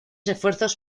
esfuerzos